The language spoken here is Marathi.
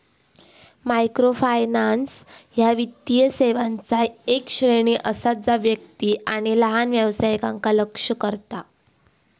मायक्रोफायनान्स ह्या वित्तीय सेवांचा येक श्रेणी असा जा व्यक्ती आणि लहान व्यवसायांका लक्ष्य करता